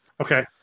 Okay